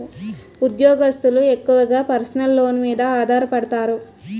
ఉద్యోగస్తులు ఎక్కువగా personal loans మీద ఆధారపడతారు